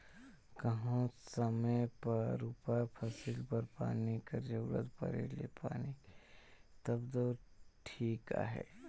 कहों समे परे उपर फसिल बर पानी कर जरूरत परे ले पानी गिर गइस तब दो ठीक अहे